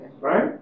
right